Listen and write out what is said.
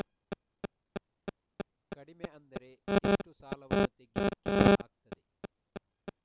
ಕಡಿಮೆ ಅಂದರೆ ಎಷ್ಟು ಸಾಲವನ್ನು ತೆಗಿಲಿಕ್ಕೆ ಆಗ್ತದೆ?